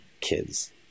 kids